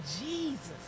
Jesus